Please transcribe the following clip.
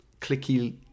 clicky